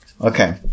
Okay